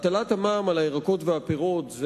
הטלת המע"מ על פירות וירקות,